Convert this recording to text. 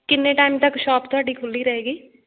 ਕਿੰਨੇ ਟਾਈਮ ਤੱਕ ਸ਼ੋਪ ਤੁਹਾਡੀ ਖੁੱਲ੍ਹੀ ਰਹੇਗੀ